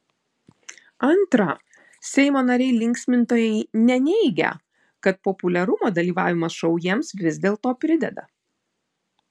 antra seimo nariai linksmintojai neneigia kad populiarumo dalyvavimas šou jiems vis dėlto prideda